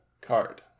card